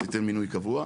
שתיתן מינוי קבוע.